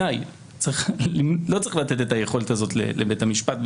בעיניי לא צריך לתת את היכולת הזאת לבית המשפט.